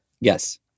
Yes